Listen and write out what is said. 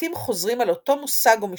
כמבטים חוזרים על אותו מושג או משפט,